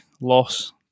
loss